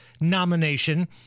nomination